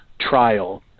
trial